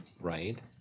right